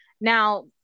Now